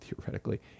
theoretically